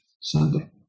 Sunday